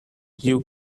you